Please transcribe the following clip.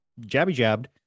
jabby-jabbed